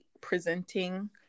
presenting